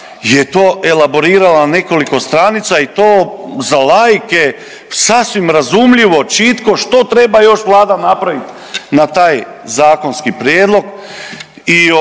je to elaborirala na nekoliko stranica i to za laike sasvim razumljivo, čitko, što treba još Vlada napraviti na taj zakonski prijedlog